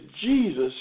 Jesus